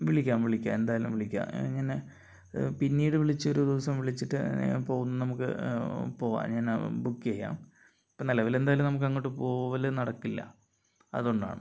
വിളിക്കാം വിളിക്കാം എന്തായാലും വിളിക്കാം ഇങ്ങനെ പിന്നീട് വിളിച്ച് ഒരു ദിവസം വിളിച്ചിട്ട് നമുക്ക് പോകാം ഞാൻ ബുക്ക് ചെയ്യാം ഇപ്പോൾ നിലവിൽ എന്തായാലും നമുക്കങ്ങോട്ട് പോകല് നടക്കില്ല അതുകൊണ്ടാണ്